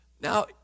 Now